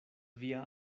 via